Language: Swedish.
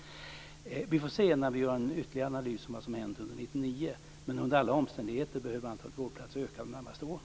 Vi får se när vi gör en ytterligare analys om vad som har hänt under 1999. Men under alla omständigheter behöver antalet vårdplatser öka under de närmaste åren.